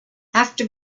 after